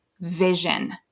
vision